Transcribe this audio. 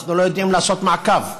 אנחנו לא יודעים לעשות מעקב.